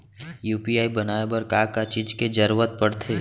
UPI बनाए बर का का चीज के जरवत पड़थे?